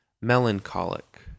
melancholic